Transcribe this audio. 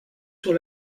sur